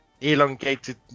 elongated